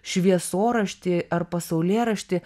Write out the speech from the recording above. šviesoraštį ar pasaulėraštį